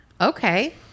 Okay